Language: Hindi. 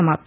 समाप्त